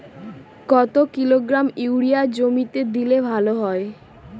কত kilogram urea জমিতে দিলে ভালো হয়?